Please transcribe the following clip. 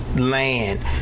land